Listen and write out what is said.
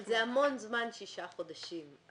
אבל זה המון זמן שישה חודשים.